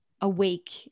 awake